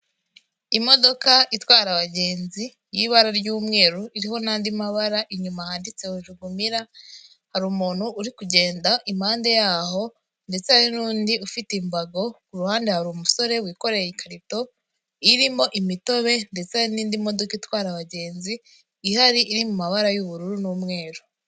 Imodoka itwara abagenzi y'ibara ry'umweru, iriho n'andi mabara inyuma handitseho jugumira. Hari umuntu uri kugenda impande yaho ndetse hari n'undi ufite imbago, ku ruhande hari umusore wikoreye ikarito irimo imitobe. Ndetse n'indi modoka itwara abagenzi ihari iri mu mabara y'ubururu n'umweru.